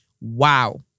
Wow